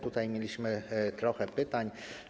Tutaj mieliśmy trochę pytań.